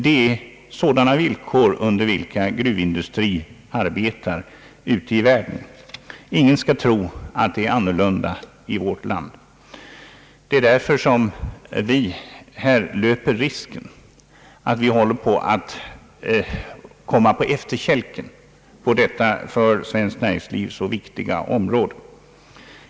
Det är sådana villkor som gruvindustrin ute i världen arbetar under. Ingen skall tro att det är annorlunda i vårt land. Det är därför vi löper risken att komma på efterkälken inom detta för svenskt näringsliv så viktiga område.